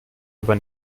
aber